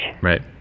Right